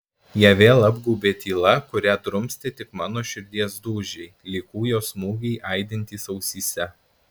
ją vėl apgaubė tyla kurią drumstė tik mano širdies dūžiai lyg kūjo smūgiai aidintys ausyse